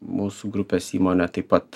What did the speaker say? mūsų grupės įmone taip pat